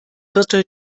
viertel